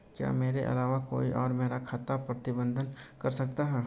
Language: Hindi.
क्या मेरे अलावा कोई और मेरा खाता प्रबंधित कर सकता है?